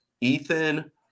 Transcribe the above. Ethan